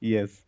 Yes